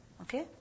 okay